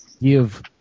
give